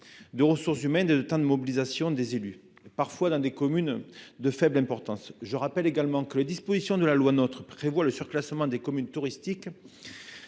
de ressources humaines et de temps de mobilisation des élus, parfois dans des communes de faible importance. Par ailleurs, les dispositions de la loi NOTRe prévoient le surclassement des communes touristiques,